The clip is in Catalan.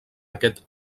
aquest